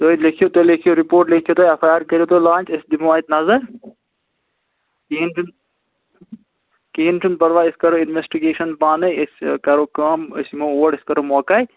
تُہۍ لیکھِو تُہۍ لیکھِو رِپوٹ لیکھِو تُہۍ اٮ۪ف آی آر کٔرِو تُہۍ لانٛچ أسۍ دِمو اَتہِ نظر کِہیٖنۍ چھُنہٕ کِہیٖنۍ چھُنہٕ پرواے أسۍ کَرو اِنوٮ۪سٹِگیشَن پانَے أسۍ کَرو کٲم أسۍ یِمو اور أسۍ کَرو موقعہٕ اَتہِ